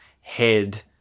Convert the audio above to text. head